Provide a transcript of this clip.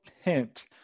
hint